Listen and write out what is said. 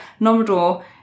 nomador